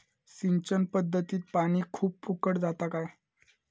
सिंचन पध्दतीत पानी खूप फुकट जाता काय?